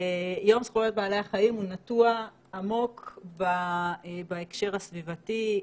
יום זכויות בעלי החיים נטוע עמוק בהקשר הסביבתי,